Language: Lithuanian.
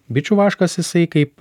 bičių vaškas jisai kaip